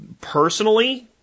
Personally